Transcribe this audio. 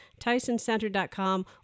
TysonCenter.com